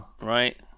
Right